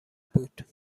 بود